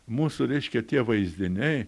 mūsų reiškia tie vaizdiniai